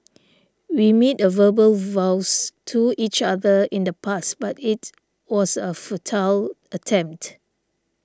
we made a verbal vows to each other in the past but it was a futile attempt